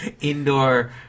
indoor